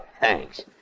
thanks